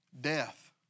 Death